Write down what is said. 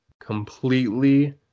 completely